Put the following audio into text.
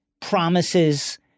promises